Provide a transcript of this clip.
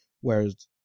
whereas